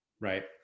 Right